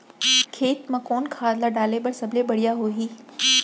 खेत म कोन खाद ला डाले बर सबले बढ़िया होही?